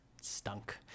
stunk